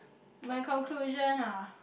my conclusion ah